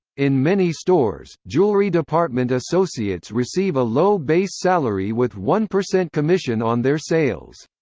in many stores, jewelry department associates receive a low base salary with one percent commission on their sales.